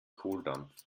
kohldampf